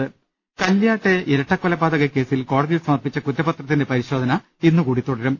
ംംം കല്ല്യോട്ടെ ഇരട്ടക്കൊലപാതക കേസിൽ കോടതിയിൽ സമർപ്പിച്ച കുറ്റു പത്രത്തിന്റെ പരിശോധന ഇന്നുകൂടി തുടരും